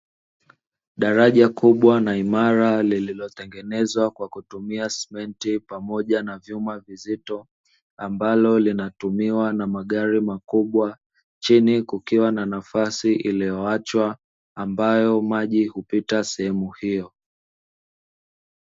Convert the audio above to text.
Daraja kubwa na imara lililotengenezwa kwa kutumia simenti pamoja na vyuma vizito, ambalo linatumiwa na magari makubwa chini kukiwa na nafasi iliyoachwa ambayo maji hupita sehemu hiyo.